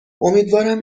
امیدوارم